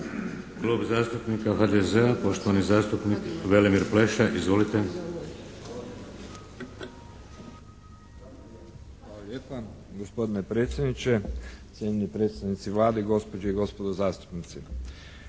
Klub zastupnika HDZ-a, poštovani zastupnik Velimir Pleša. Izvolite. **Pleša, Velimir (HDZ)** Hvala lijepa gospodine predsjedniče. Cijenjeni predstavnici Vlade, gospođe i gospodo zastupnici.